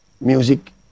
music